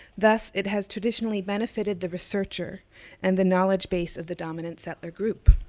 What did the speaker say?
thus, it has traditionally benefited the researcher and the knowledge base of the dominant settler group.